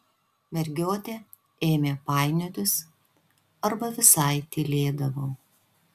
mergiotė ėmė painiotis arba visai tylėdavo